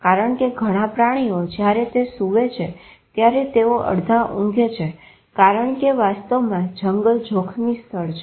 કારણ કે ઘણા પ્રાણીઓ જયારે તે સુવે છે ત્યારે તેઓ અડધા ઊંઘે છે કારણ કે વાસ્તવમાં જંગલ જોખમી સ્થળ છે